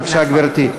בבקשה, גברתי.